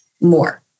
more